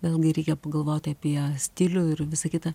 vėlgi reikia pagalvot apie stilių ir visa kita